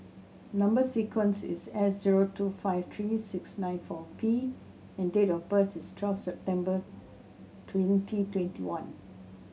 number sequence is S zero two five three six nine four P and date of birth is twelve September twenty twenty one